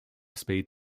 speed